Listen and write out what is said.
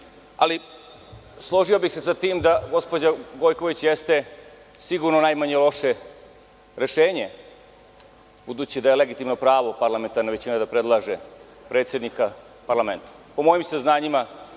Ali, složio bih se sa tim da gospođa Gojković jeste sigurno najmanje loše rešenje, budući da je legitimno pravo parlamentarne većine da predlaže predsednika parlamenta.